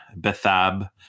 Bethab